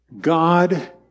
God